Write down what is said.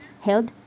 Held